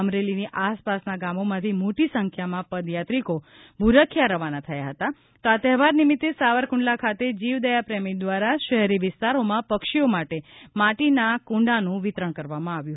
અમરેલીની આસપાસના ગામોમાંથી મોટી સંખ્યામાં પદયાત્રિકો ભૂરખીયા રવાના થયા હતા તો આ તહેવાર નિમિત્તે સાંવરકુંડલા ખાતે જીવદયા પ્રેમી દ્વારા શહેરી વિસ્તારોમાં પક્ષીઓ માટે માટીના ક્રંડાનું વિતરણ કરવામાં આવ્યું